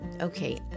Okay